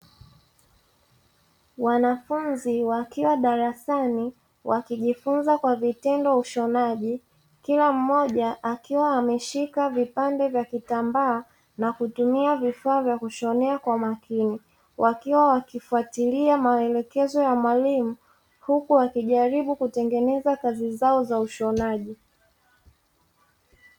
Wanafunzi wakiwa darasani wakijifunza kwa vitendo ushonaji kila mmoja akiwa ameshika vipande vya kitambaa na kutumia vifaa vya kushonea kwa makini wakiwa wakifuatilia maelekezo ya mwalimu huku wakijaribu kutengeneza kazi zao za ushonaji.